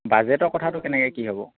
বাজেটৰ কথাটো কেনেকে কি হ'ব